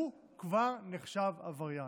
הוא כבר נחשב עבריין.